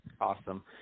Awesome